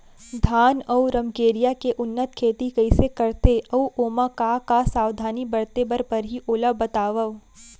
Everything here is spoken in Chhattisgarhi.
धान अऊ रमकेरिया के उन्नत खेती कइसे करथे अऊ ओमा का का सावधानी बरते बर परहि ओला बतावव?